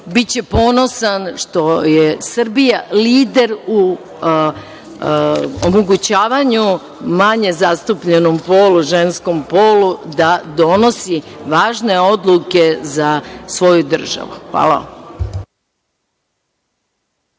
biće ponosan što je Srbija lider u omogućavanju manje zastupljenom polu, ženskom polu, da donosi važne odluke za svoju državu. Hvala